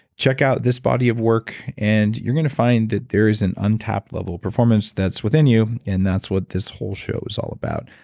check out this body of work and you're going to find that there is an untapped level performance that's within you and that's what this whole show is all about.